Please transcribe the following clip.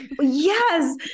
yes